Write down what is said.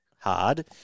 hard